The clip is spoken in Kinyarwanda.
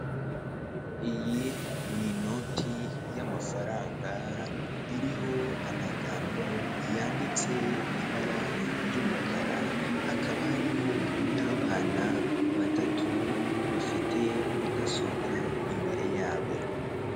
Iyi ni inoti y'amafaranga iriho amagambo yanditse mu ibara ry'umukara, hakaba hariho n'abana batatu bafite mudasobwa imbere yabo.